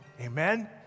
Amen